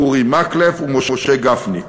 אורי מקלב ומשה גפני.